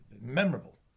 memorable